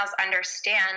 understand